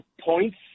points